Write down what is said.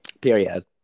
Period